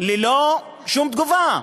ללא שום תגובה,